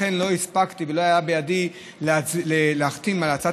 לכן לא הספקתי ולא היה בידי להחתים על הצעת